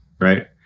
Right